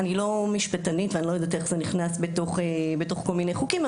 אני לא משפטנית ואני לא יודעת איך זה נכנס בתוך כל מיני חוקים,